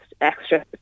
extra